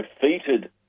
defeated